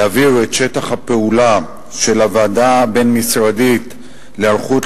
להעביר את שטח הפעולה של הוועדה הבין-משרדית להיערכות